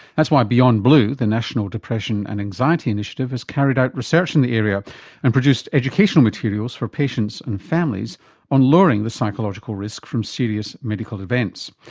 that's why beyondblue, the national depression and anxiety initiative, has carried out research in the area and produced educational materials for patients and families on lowering the psychological risk from serious medical events.